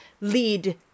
lead